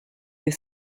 you